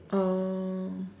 oh